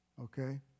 Okay